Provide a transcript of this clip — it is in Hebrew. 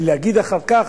ולהגיד אחר כך,